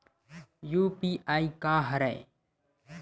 UPI का हरय?